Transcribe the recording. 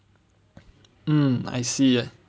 um I see